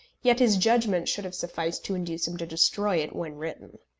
yet his judgment should have sufficed to induce him to destroy it when written.